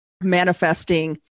manifesting